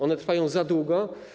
One trwają za długo.